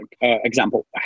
example